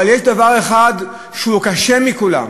אבל יש דבר אחד שהוא קשה מכולם,